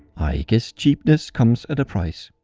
i guess cheapness comes at price.